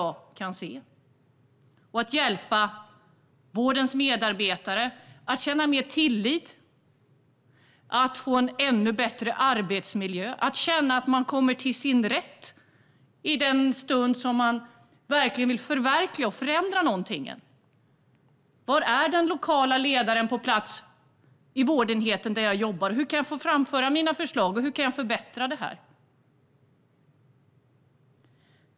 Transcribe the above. Ord räcker inte heller för att hjälpa vårdens medarbetare att känna mer tillit, att få en bättre arbetsmiljö och att känna att de kommer till sin rätt när de vill förverkliga och förändra något. Var är den lokala arbetsledaren på vårdenheten där jag jobbar? Hur kan jag framföra mina förslag? Hur kan jag förbättra?